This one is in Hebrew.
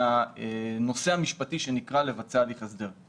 מהנושא המשפטי שנקרא לבצע הליך הסדר.